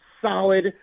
solid